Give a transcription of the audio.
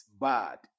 bad